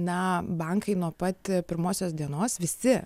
na bankai nuo pat pirmosios dienos visi